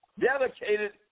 dedicated